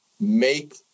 make